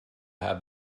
have